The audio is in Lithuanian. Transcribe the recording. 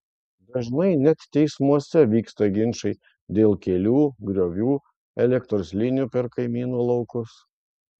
dažnai net teismuose vyksta ginčai dėl kelių griovių elektros linijų per kaimynų laukus